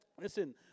Listen